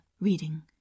reading